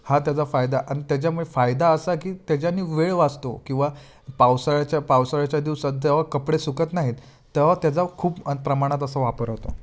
हा त्याचा फायदा आणि त्याच्यामुळे फायदा असा की त्याच्याने वेळ वाचतो किंवा पावसाळ्याच्या पावसाळ्याच्या दिवसात जेव्हा कपडे सुकत नाहीत तेव्हा त्याचा खूप प्रमाणात असा वापर होतो